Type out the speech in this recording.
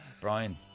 Brian